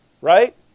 right